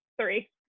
three